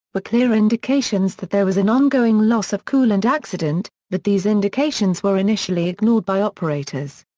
were clear indications that there was an ongoing loss-of-coolant accident, but these indications were initially ignored by operators.